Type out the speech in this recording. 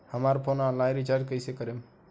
हमार phone online recharge कईसे करेम?